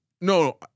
No